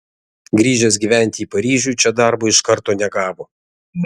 grįžęs gyventi į paryžių čia darbo iš karto negavo